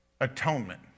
atonement